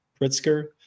Pritzker